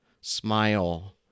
smile